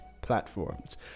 platforms